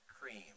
cream